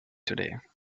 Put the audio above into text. today